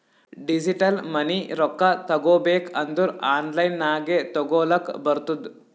digital money ರೊಕ್ಕಾ ತಗೋಬೇಕ್ ಅಂದುರ್ ಆನ್ಲೈನ್ ನಾಗೆ ತಗೋಲಕ್ ಬರ್ತುದ್